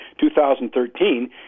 2013